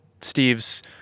Steve's